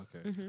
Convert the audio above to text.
Okay